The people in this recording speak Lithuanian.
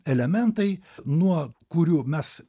elementai nuo kurių mes